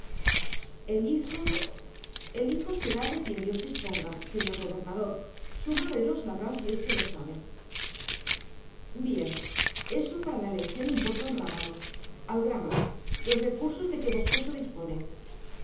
el hijo el hijo será de quien dios disponga señor gobernador su madre lo sabrá si es que lo sabe bien eso para la elección importa un rábano al grano los recursos de que moscoso dispone